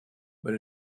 but